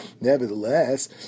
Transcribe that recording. Nevertheless